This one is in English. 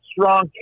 strong